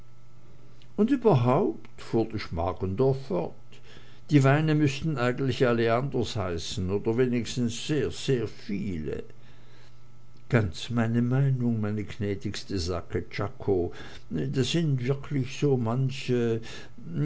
und überhaupt fuhr die schmargendorf fort die weine müßten eigentlich alle anders heißen oder wenigstens sehr sehr viele ganz meine meinung meine gnädigste sagte czako da sind wirklich so manche